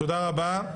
תודה רבה.